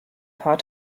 paar